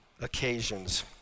occasions